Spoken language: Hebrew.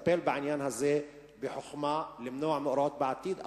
לטפל בעניין הזה בחוכמה ולמנוע מאורעות בעתיד.